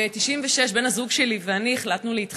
ב-1996 החלטנו בן הזוג שלי ואני להתחתן.